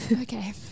Okay